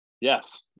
Yes